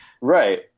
Right